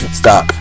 stop